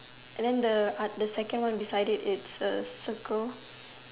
and then the art the second one beside it it's a circle